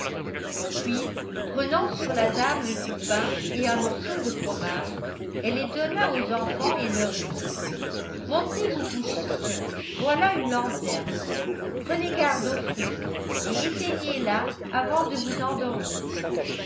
puis prenant sur la table du pain et un morceau de fromage elle les donna aux enfants et leur dit montez vous coucher voilà une lanterne prenez garde au feu et éteignez la avant de vous endormir